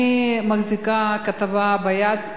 אני מחזיקה כתבה ביד,